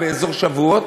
באזור שבועות,